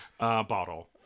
bottle